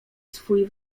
swój